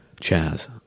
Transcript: Chaz